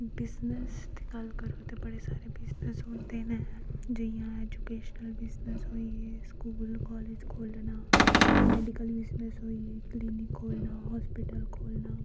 business दी गल्ल करां तां बड़े सारे बिजनस होंदे नै जियां ऐजुकेशनल बिजनस होईये स्कूल कालेज खोलना मेडिकल बिजनस होईये कलीनिक खोलना हस्पिटल खोलना